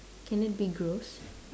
can it be gross